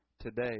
today